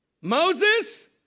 Moses